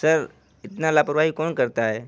سر اتنا لاپرواہی کون کرتا ہے